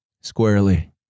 Squarely